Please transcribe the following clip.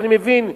אני מבין,